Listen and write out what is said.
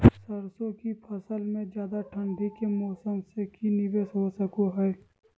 सरसों की फसल में ज्यादा ठंड के मौसम से की निवेस हो सको हय?